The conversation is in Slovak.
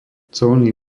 colný